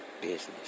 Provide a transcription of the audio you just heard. business